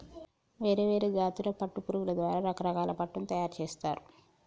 వేరే వేరే జాతుల పట్టు పురుగుల ద్వారా రకరకాల పట్టును తయారుచేస్తారు